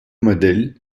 model